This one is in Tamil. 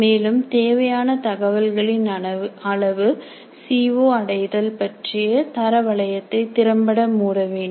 மேலும் தேவையான தகவல்களின் அளவு சி ஓ அடைதல் பற்றிய தர வளையத்தை திறம்பட மூடவேண்டும்